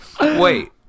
Wait